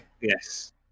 Yes